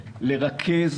לרכז,